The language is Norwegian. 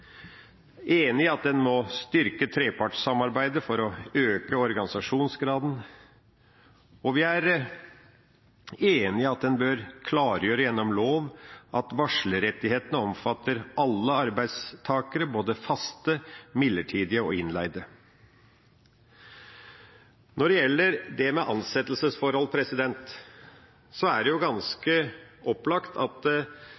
enig i at en må styrke trepartssamarbeidet for å øke organisasjonsgraden, og vi er enig i at en bør klargjøre gjennom lov at varslerrettighetene omfatter alle arbeidstakere, både faste, midlertidige og innleide. Når det gjelder dette med ansettelsesforhold, er det